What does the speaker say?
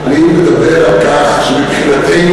אני מדבר על כך שמבחינתנו,